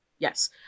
Yes